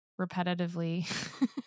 repetitively